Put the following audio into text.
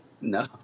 No